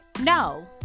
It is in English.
no